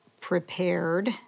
prepared